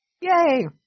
Yay